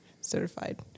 certified